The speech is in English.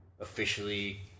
officially